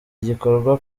igikorwa